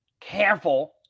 careful